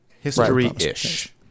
History-ish